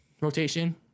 rotation